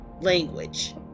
language